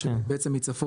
בעצם מדרום